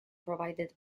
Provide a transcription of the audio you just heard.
provided